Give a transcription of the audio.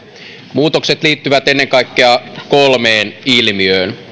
muutokset liittyvät ennen kaikkea kolmeen ilmiöön